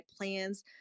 plans